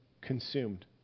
Consumed